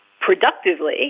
productively